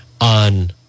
on